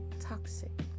toxic